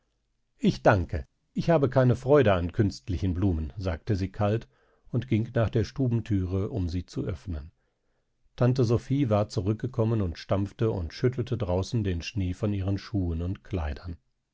ich danke ich habe keine freude an künstlichen blumen sagte sie kalt und ging nach der stubenthüre um sie zu öffnen tante sophie war zurückgekommen und stampfte und schüttelte draußen den schnee von ihren schuhen und kleidern